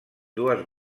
dues